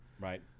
Right